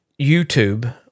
YouTube